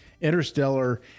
Interstellar